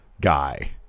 guy